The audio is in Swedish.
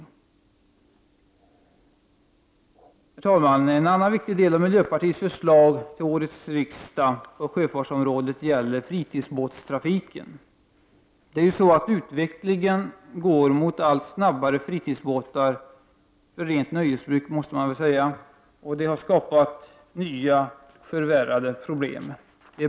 Herr talman! En annan viktig del av miljöpartiets förslag på sjöfartsområ det till årets riksdag gäller fritidsbåtstrafiken. Utvecklingen går mot allt snabbare fritidsbåtar — för rent nöjesbruk måste man väl säga — och det har skapat nya problem eller förvärrat gamla.